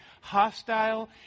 hostile